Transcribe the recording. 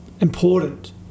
important